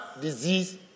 disease